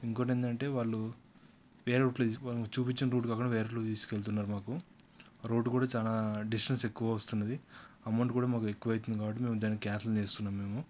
ఇంకొకటి ఏమిటి అంటే వాళ్ళు వేరే రూట్లో చూపించిన రూట్ కాకుండా వేరే రోట్లో తీసుకెళ్తున్నారు మాకు ఆ రూట్ కూడా చాలా డిస్టెన్స్ ఎక్కువ వస్తుంది అమౌంట్ కూడా మాకు ఎక్కువ అయితుంది కాబట్టి మేము దానికి క్యాన్సిల్ చేస్తున్నాం మేము